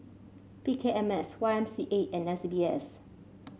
P K M S Y M C A and S B S